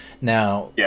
Now